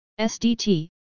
SDT